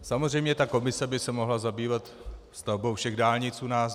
Samozřejmě ta komise by se mohla zabývat stavbou všech dálnic u nás.